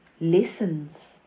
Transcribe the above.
Lessons